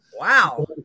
Wow